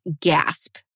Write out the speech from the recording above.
gasp